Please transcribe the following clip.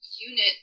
unit